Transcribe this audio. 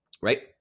right